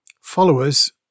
Followers